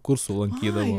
kursų lankydavo